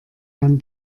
man